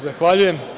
Zahvaljujem.